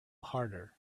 harder